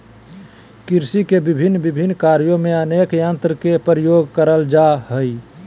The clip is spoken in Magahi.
कृषि के भिन्न भिन्न कार्य में अनेक यंत्र के प्रयोग करल जा हई